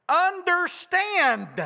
Understand